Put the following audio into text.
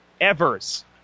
Evers